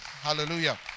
Hallelujah